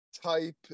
type